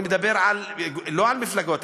אני מדבר לא על מפלגות,